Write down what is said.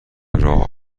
راه